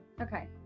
Okay